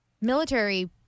military